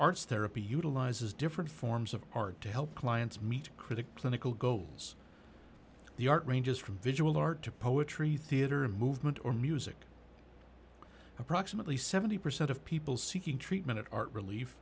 arts therapy utilizes different forms of art to help clients meet critic clinical goals the art ranges from visual art to poetry theater movement or music approximately seventy percent of people seeking treatment are relief